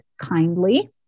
kindly